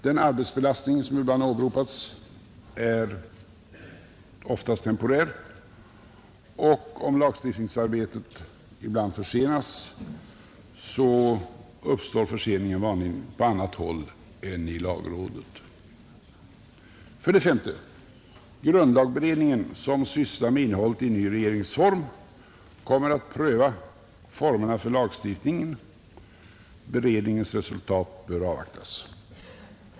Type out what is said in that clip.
Den arbetsbelastning som ibland åberopats är oftast temporär, och om lagstiftningsarbetet ibland försenas uppstår förseningen vanligen på annat håll än i lagrådet. 5. Grundlagberedningen, som sysslar med innehållet i en ny regeringsform, kommer att pröva formerna för lagstiftningen. Beredningens resultat bör avvaktas.